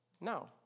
No